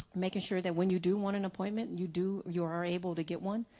making sure that when you do want an appointment you do you are able to get one.